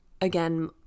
Again